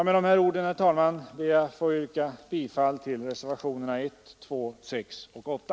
Med det anförda ber jag, herr talman, att få yrka bifall till reservationerna 1, 2, 6 och 8.